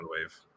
wave